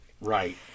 Right